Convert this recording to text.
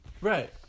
Right